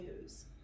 news